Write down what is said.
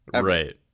Right